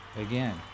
Again